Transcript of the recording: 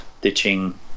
ditching